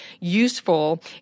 useful